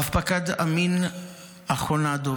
רב-פקד אמין אחונדוב,